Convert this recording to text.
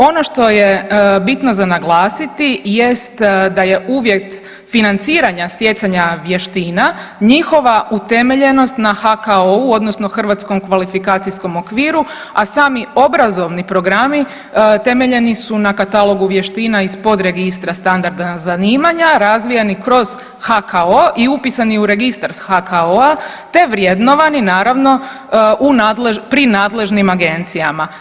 Ono što je bitno za naglasiti jest da je uvjet financiranja stjecanja vještina njihova utemeljenost na HKU, odnosno hrvatskom kvalifikacijskom okviru, a sami obrazovni programi temeljeni su na katalogu vještina iz podregistra standardna zanimanja razvijani kroz HKO i upisani u registar HKO-a, te vrednovani naravno pri nadležnim agencijama.